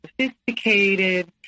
sophisticated